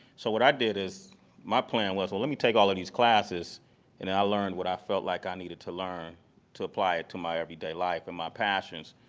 so what i did is my plan was, well, let me take all of these classes and and i learned what i felt like i needed to learn to apply it to my everyday life and my passions,